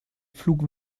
pflug